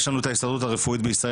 יש לנו את ההסתדרות הרפואית בישראל,